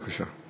בבקשה.